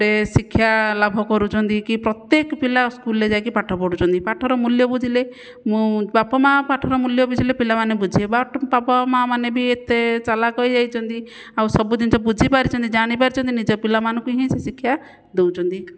ରେ ଶିକ୍ଷାଲାଭ କରୁଛନ୍ତି କି ପ୍ରତ୍ୟେକ ପିଲା ସ୍କୁଲରେ ଯାଇକି ପାଠ ପଢ଼ୁଛନ୍ତି ପାଠର ମୂଲ୍ୟ ବୁଝିଲେ ମୁଁ ବାପା ମା' ପାଠର ମୂଲ୍ୟ ବୁଝିଲେ ପିଲାମାନେ ବୁଝିବେ ବାପା ମା' ମାନେ ବି ଏତେ ଚାଲାକ୍ ହୋଇ ଯାଇଛନ୍ତି ଆଉ ସବୁ ଜିନିଷ ବୁଝିପାରିଛନ୍ତି ଜାଣିପାରିଛନ୍ତି ନିଜ ପିଲାମାନଙ୍କୁ ହିଁ ସିଏ ଶିକ୍ଷା ଦେଉଛନ୍ତି